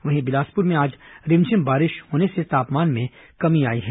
वहीं बिलासपुर में आज रिमझिम बारिश होने से तापमान में कमी आई है